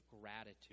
gratitude